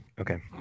Okay